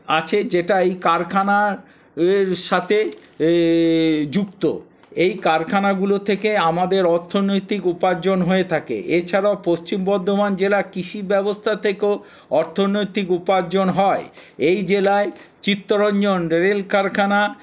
আছে যেটা এই কারখানার এর সাথে যুক্ত এই কারখানাগুলো থেকে আমাদের অর্থনৈতিক উপার্জন হয়ে থাকে এছাড়াও পশ্চিম বর্ধমান জেলার কৃষি ব্যবস্থা থেকেও অর্থনৈতিক উপার্জন হয় এই জেলায় চিত্তরঞ্জন রেল কারখানা